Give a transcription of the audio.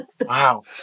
Wow